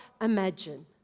imagine